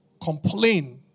complain